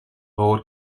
lord